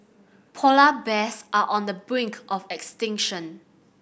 polar bears are on the brink of extinction